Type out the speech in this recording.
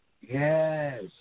yes